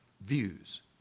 views